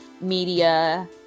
media